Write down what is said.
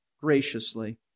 graciously